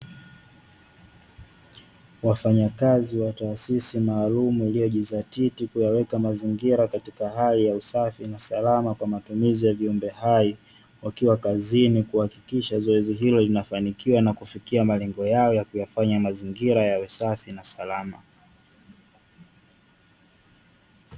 Wafanyakazi wa taasisi maalumu uliojizatiti kuyaweka mazingira katika hali ya usafi na salama kwa matumizi ya viumbe hai, wakiwa zoezi hilo linafanikiwa na kufikia malengo yao ya kuyafanya mazingira ya usafi na salama.